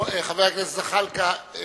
חבר הכנסת זחאלקה,